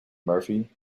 murphy